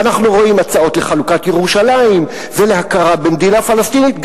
ואנחנו רואים הצעות לחלוקת ירושלים ולהכרה במדינה פלסטינית,